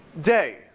day